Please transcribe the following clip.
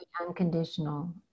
unconditional